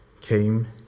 came